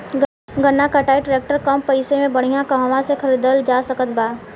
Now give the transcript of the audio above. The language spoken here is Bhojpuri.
गन्ना कटाई ट्रैक्टर कम पैसे में बढ़िया कहवा से खरिदल जा सकत बा?